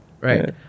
Right